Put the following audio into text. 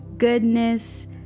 goodness